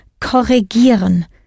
korrigieren